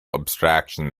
abstraction